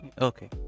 Okay